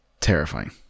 Terrifying